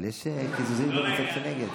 אבל יש קיזוזים גם בצד שנגד,